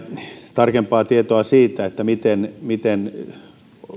tarkempaa tietoa siitä miten on onko